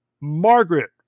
margaret